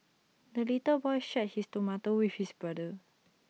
the little boy shared his tomato with his brother